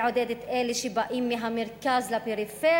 לעודד את אלה שבאים מן המרכז לפריפריה,